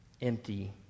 empty